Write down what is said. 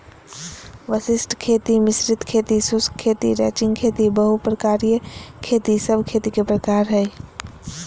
वशिष्ट खेती, मिश्रित खेती, शुष्क खेती, रैचिंग खेती, बहु प्रकारिय खेती सब खेती के प्रकार हय